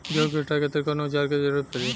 गेहूं के कटाई खातिर कौन औजार के जरूरत परी?